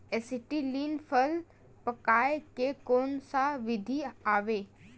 Acetylene फल पकाय के कोन सा विधि आवे?